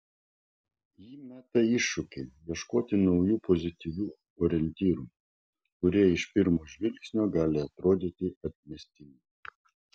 ji meta iššūkį ieškoti naujų pozityvių orientyrų kurie iš pirmo žvilgsnio gali atrodyti atmestini